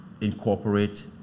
incorporate